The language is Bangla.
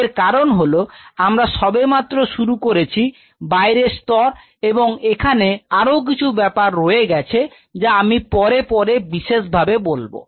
এর কারন হল আমরা সবেমাত্র শুরু করেছি বাইরের স্তর এবং এখানে আরো কিছু ব্যাপার রয়ে গেছে যা আমি পরে পরে বিশেষভাবে বলবো